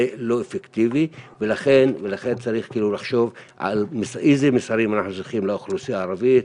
אפקטיבי ולכן צריך לחשוב על איזה מסרים אנחנו צריכים לאוכלוסייה הערבית,